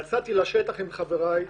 יצאתי לשטח עם חבריי,